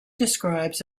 describes